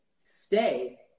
stay